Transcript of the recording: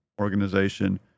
organization